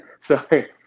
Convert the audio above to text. sorry